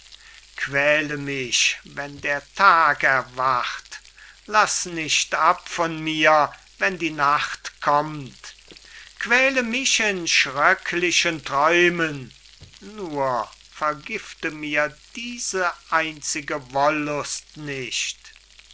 quäle mich wenn der tag erwacht laß nicht ab von mir wenn die nacht kommt quäle mich in schröcklichen träumen nur vergifte mir diese einzige wollust nicht